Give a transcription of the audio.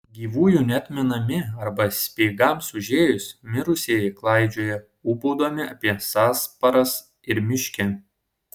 gyvųjų nebeatmenami arba speigams užėjus mirusieji klaidžioja ūbaudami apie sąsparas ir miške